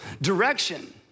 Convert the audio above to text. Direction